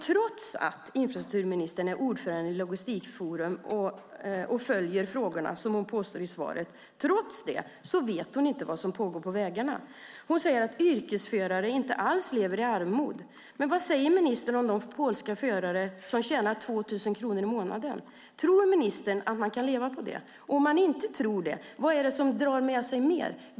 Trots att infrastrukturministern är ordförande i Logistikforum och följer frågorna, som hon påstod i sitt svar, vet hon inte vad som pågår på vägarna. Hon säger att yrkesförare inte alls lever i armod. Men vad säger ministern om de polska förare som tjänar 2 000 kronor i månaden? Tror ministern att det går att leva på det? Om man inte tror det, vad mer drar detta med sig?